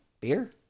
beer